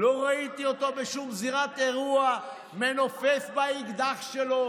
לא ראיתי אותו בשום זירת אירוע מנופף באקדח שלו